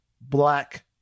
black